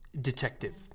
Detective